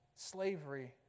Slavery